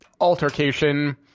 altercation